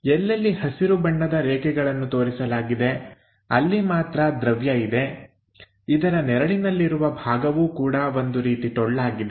ಎಲ್ಲೆಲ್ಲಿ ಹಸಿರು ಬಣ್ಣದ ರೇಖೆಗಳನ್ನು ತೋರಿಸಲಾಗಿದೆ ಅಲ್ಲಿ ಮಾತ್ರ ದ್ರವ್ಯ ಇದೆ ಇದರ ನೆರಳಿನಲ್ಲಿರುವ ಭಾಗವೂ ಕೂಡ ಒಂದು ರೀತಿ ಟೊಳ್ಳಾಗಿದೆ